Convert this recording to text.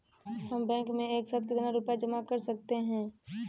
हम बैंक में एक साथ कितना रुपया जमा कर सकते हैं?